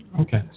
Okay